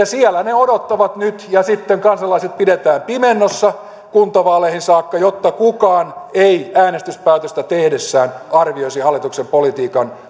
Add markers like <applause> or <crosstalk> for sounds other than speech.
<unintelligible> siellä ne odottavat nyt ja sitten kansalaiset pidetään pimennossa kuntavaaleihin saakka jotta kukaan ei äänestyspäätöstä tehdessään arvioisi hallituksen politiikan <unintelligible>